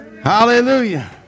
Hallelujah